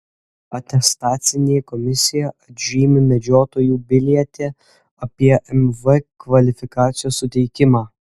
atestacinė komisija atžymi medžiotojų biliete apie mv kvalifikacijos suteikimą